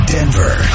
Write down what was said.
Denver